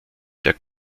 der